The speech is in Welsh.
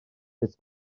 sut